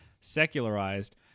secularized